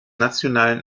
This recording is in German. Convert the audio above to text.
nationalen